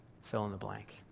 fill-in-the-blank